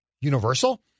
universal